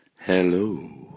Hello